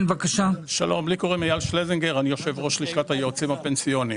יושב ראש לשכת היועצים הפנסיוניים.